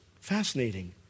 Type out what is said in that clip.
Fascinating